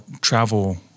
travel